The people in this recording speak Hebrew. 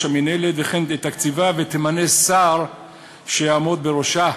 המינהלת וכן את תקציבה ותמנה שר שיעמוד בראשה,